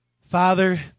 Father